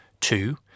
Two